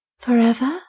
Forever